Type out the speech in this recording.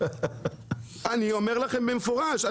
אומר לכם במפורש,